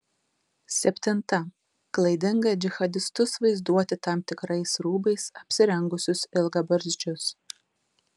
septinta klaidinga džihadistus vaizduoti tam tikrais rūbais apsirengusius ilgabarzdžius